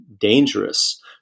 dangerous